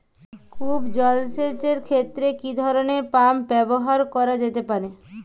কূপ জলসেচ এর ক্ষেত্রে কি ধরনের পাম্প ব্যবহার করা যেতে পারে?